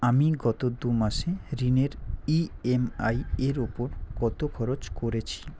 আমি গত দু মাসে ঋণের ইএমআই এর উপর কত খরচ করেছি